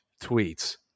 tweets